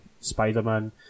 Spider-Man